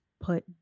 put